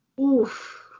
Oof